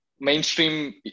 mainstream